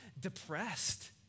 depressed